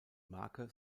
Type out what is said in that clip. marke